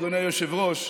אדוני היושב-ראש,